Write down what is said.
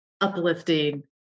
uplifting